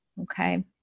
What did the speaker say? Okay